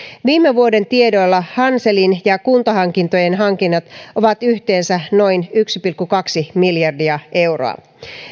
viime vuoden tiedoilla hanselin ja kuntahankintojen hankinnat ovat yhteensä noin yksi pilkku kaksi miljardia euroa